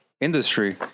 industry